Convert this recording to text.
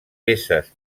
peces